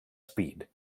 speed